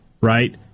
Right